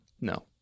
No